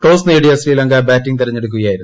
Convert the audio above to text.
toss നേടിയ Sri Lanka batting തിരഞ്ഞെടുക്കുകയായിരുന്നു